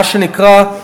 מה שנקרא,